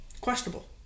questionable